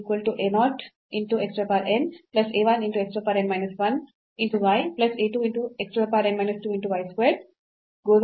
ಮತ್ತು ಇಲ್ಲಿ ನಾವು ಮತ್ತೆx power n ಅನ್ನು ಹೊರಗೆ ತೆಗೆದಿದ್ದೇವೆ